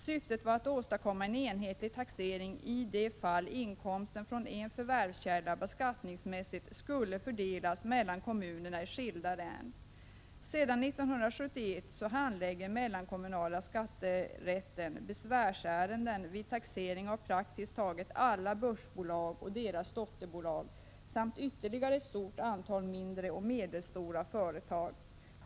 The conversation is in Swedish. Syftet var att åstadkomma en enhetlig taxering i de fall inkomsten från en förvärvskälla beskattningsmässigt skulle fördelas mellan kommunerna i skilda län. Sedan 1971 handlägger mellankommunala skatterätten besvärsärenden vid taxering av praktiskt taget alla börsbolag och deras dotterbolag samt ytterligare ett stort antal mindre och medelstora företag.